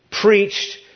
preached